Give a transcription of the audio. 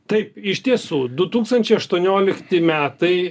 taip iš tiesų du tūkstančiai aštuoniolikti metai